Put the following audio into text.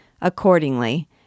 Accordingly